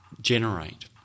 generate